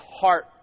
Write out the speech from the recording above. heart